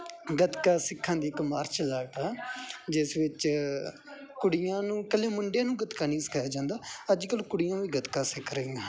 ਗੱਤਕਾ ਸਿੱਖਣ ਦੀ ਇੱਕ ਮਾਰਸ਼ਲ ਆਰਟ ਆ ਜਿਸ ਵਿੱਚ ਕੁੜੀਆਂ ਨੂੰ ਇਕੱਲੇ ਮੁੰਡਿਆਂ ਨੂੰ ਗੱਤਕਾ ਨਹੀਂ ਸਿਖਾਇਆ ਜਾਂਦਾ ਅੱਜ ਕੱਲ ਕੁੜੀਆਂ ਵੀ ਗੱਤਕਾ ਸਿੱਖ ਰਹੀਆਂ ਹਨ